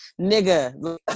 nigga